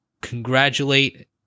congratulate